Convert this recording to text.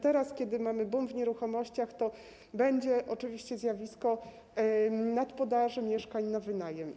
Teraz, kiedy mamy boom w nieruchomościach, to będzie oczywiście zjawisko nadpodaży mieszkań na wynajem.